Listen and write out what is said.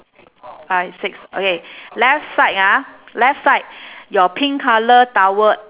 five six okay left side ah left side your pink colour towel